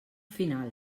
final